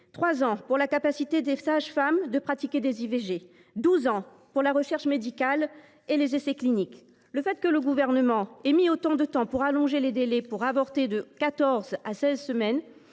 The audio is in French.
ans pour la possibilité pour les sages femmes de pratiquer des IVG ; douze ans pour la recherche médicale et les essais cliniques. Le fait que le Gouvernement ait mis autant de temps pour allonger les délais pour avorter – en les